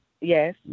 Yes